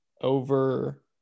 over